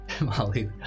Molly